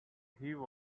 even